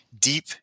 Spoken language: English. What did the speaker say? deep